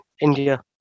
India